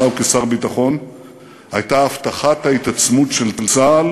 וכשר ביטחון היה הבטחת ההתעצמות של צה"ל